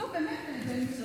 לא, באמת, כבוד.